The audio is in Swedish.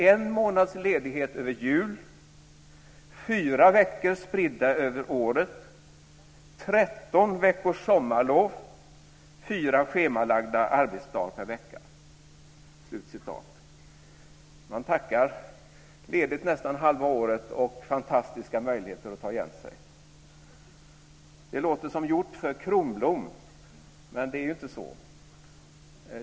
En månads ledighet över jul, fyra veckor spridda över året, 13 veckors sommarlov, fyra schemalagda arbetsdagar per vecka." Man tackar - ledigt nästan halva året och fantastiska möjligheter att ta igen sig. Det låter som gjort för Kronblom. Men det är ju inte så.